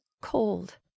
cold